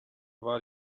war